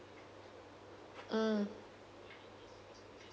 mm